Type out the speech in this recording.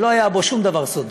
שלא היה בו שום דבר סודי.